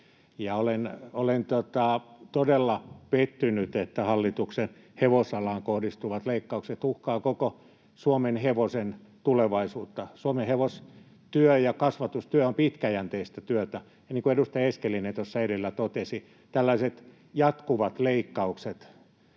Olen todella pettynyt, että hallituksen hevosalaan kohdistuvat leikkaukset uhkaavat koko suomenhevosen tulevaisuutta. Suomenhevostyö ja -kasvatustyö on pitkäjänteistä työtä. Ja niin kuin edustaja Eskelinen tuossa edellä totesi, tällaiset jatkuvat leikkaukset